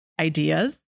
ideas